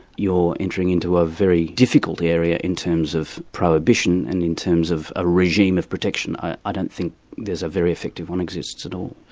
you're entering into a very difficult area in terms of prohibition and in terms of a regime of protection. i don't think there's a very effective one exists at all.